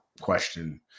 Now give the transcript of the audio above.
question